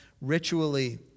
ritually